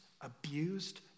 abused